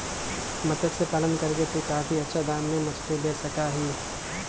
मत्स्य पालन करके तू काफी अच्छा दाम में मछली बेच सका ही